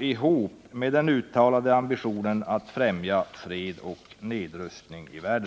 ihop med den uttalade ambitionen att främja fred och nedrustning i världen?